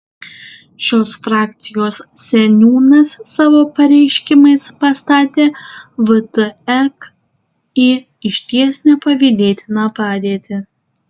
šios frakcijos seniūnas savo pareiškimais pastatė vtek į išties nepavydėtiną padėtį